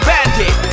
Bandit